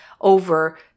over